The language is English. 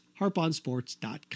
HarpOnSports.com